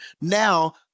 Now